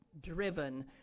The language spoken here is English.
driven